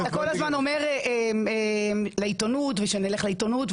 אתה כל הזמן אומר שנלך לעיתונות,